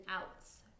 outs